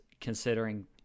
considering